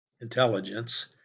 intelligence